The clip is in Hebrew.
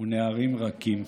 ונערים רכים.